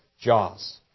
jaws